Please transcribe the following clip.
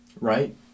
Right